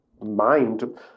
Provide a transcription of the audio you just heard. mind